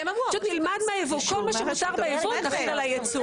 כל מה שמותר ביבוא, נחיל על היצוא.